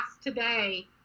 today